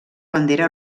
bandera